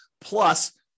plus